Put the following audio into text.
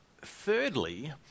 Thirdly